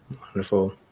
Wonderful